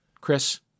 Chris